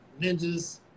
ninjas